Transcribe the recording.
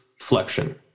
flexion